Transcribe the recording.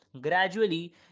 gradually